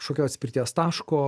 kažkokio atspirties taško